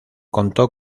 contó